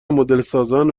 مدلسازان